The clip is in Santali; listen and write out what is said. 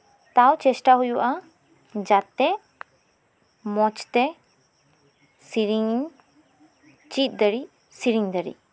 ᱛᱟᱣ ᱪᱮᱥᱴᱟ ᱦᱩᱭᱩᱜᱼᱟ ᱡᱟᱛᱮ ᱢᱚᱸᱡᱽ ᱛᱮ ᱥᱮᱨᱮᱧᱤᱧ ᱪᱮᱫ ᱫᱟᱲᱮᱜ ᱥᱮᱨᱮᱧ ᱫᱟᱲᱮᱜ